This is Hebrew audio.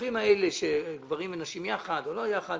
הוויכוחים האלה של גברים ונשים יחד או לא יחד,